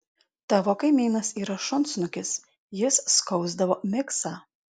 tavo kaimynas yra šunsnukis jis skausdavo miksą